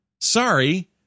Sorry